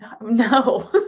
no